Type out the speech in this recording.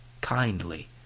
kindly